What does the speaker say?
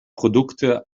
produkte